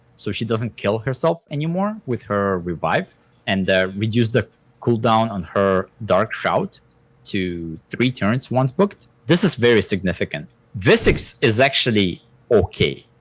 so she doesn't kill herself anymore with her revive and reduce the cooldown on her dark shout to three turns once booked this is very significant visix is actually okay.